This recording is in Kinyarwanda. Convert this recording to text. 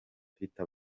afite